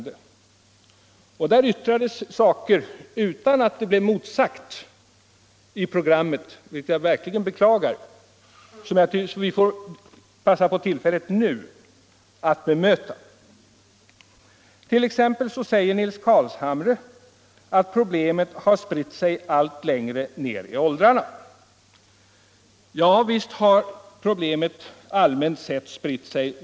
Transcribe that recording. Där sades en del som jag verkligen beklagar att det inte blev emotsagt i programmet, och nu vill jag passa på tillfället att bemöta det. Så t.ex. sade Nils Carlshamre att problemet har spritt sig allt längre ner i åldrarna — och visst har det allmänt sett gjort det.